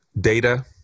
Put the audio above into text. data